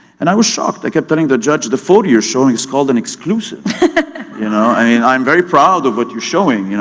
and i was shocked. i kept telling the judge, the photo you're showing is called an exclusive. mf you know i mean i'm very proud of what you're showing,